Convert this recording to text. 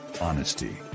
Honesty